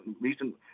recent